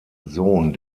sohn